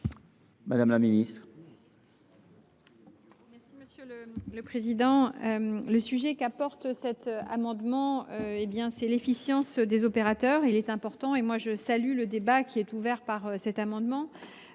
Mme la ministre.